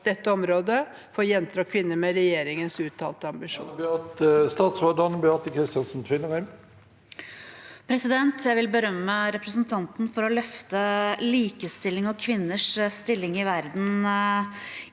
dette området for jenter og kvinner med regjeringens uttalte ambisjoner?